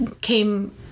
came